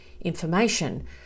information